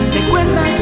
Recuerda